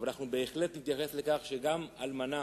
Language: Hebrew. אבל אנחנו בהחלט נתייחס לכך שגם אלמנה